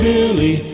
Billy